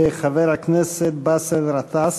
חבר הכנסת באסל גטאס,